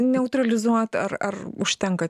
neutralizuot ar ar užtenka